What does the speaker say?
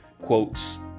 quotes